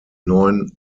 neuen